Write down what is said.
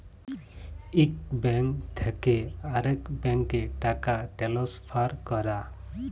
ইক ব্যাংক থ্যাকে আরেক ব্যাংকে টাকা টেলেসফার ক্যরা